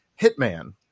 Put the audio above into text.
Hitman